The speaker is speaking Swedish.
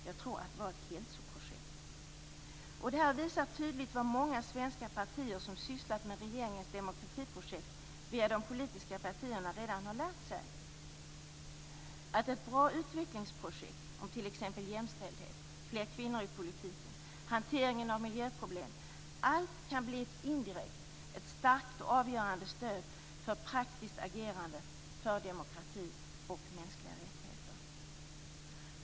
Jag tror att det var ett hälsoprojekt. Det här visar tydligt vad många svenska partier som sysslat med regeringens demokratiprojekt via de politiska partierna redan har lärt sig, att ett bra utvecklingsprojekt om t.ex. jämställdhet, fler kvinnor i politiken, hanteringen av miljöproblem, allt kan bli ett indirekt starkt avgörande stöd för praktiskt agerande för demokrati och mänskliga rättigheter.